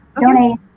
Donate